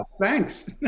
thanks